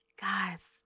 guys